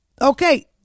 Okay